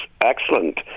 excellent